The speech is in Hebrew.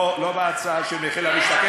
לא, לא בהצעה, של מחיר למשתכן.